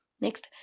next